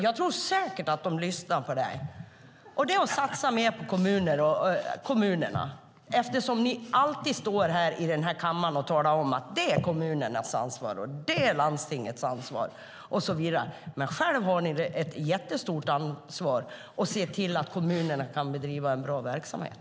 Jag tror säkert att de lyssnar på dig. Satsa mer på kommunerna. Ni står alltid här i kammaren och talar om att det är kommunernas ansvar och det är landstingens ansvar och så vidare. Men själva har ni ett jättestort ansvar att se till att kommunerna kan bedriva en bra verksamhet.